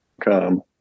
come